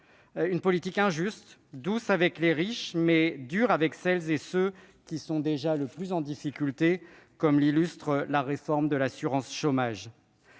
une politique injuste, douce avec les riches, mais dure avec ceux qui sont déjà le plus en difficulté, comme l'illustre la réforme de l'assurance chômage.